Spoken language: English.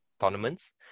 tournaments